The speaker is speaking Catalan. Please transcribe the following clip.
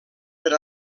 per